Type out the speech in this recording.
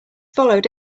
followed